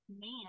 man